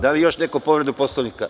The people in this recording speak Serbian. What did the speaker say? Da li još neko želi povredu Poslovnika?